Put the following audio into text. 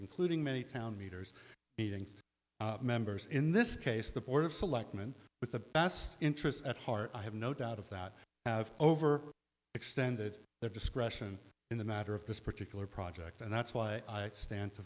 including many town meters meeting members in this case the board of selectmen with the best interests at heart i have no doubt of that have over extended their discretion in the matter of this particular project and that's why i stand to